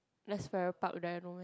that's farrer park there no meh